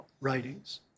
writings